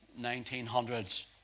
1900s